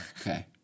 Okay